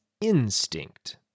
instinct